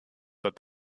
that